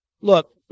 look